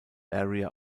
area